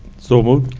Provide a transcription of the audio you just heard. so moved.